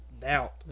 doubt